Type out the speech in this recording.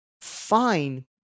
fine